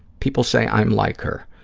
people say i am like her.